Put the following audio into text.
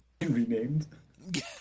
renamed